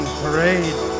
parade